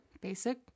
basic